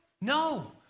No